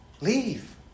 Leave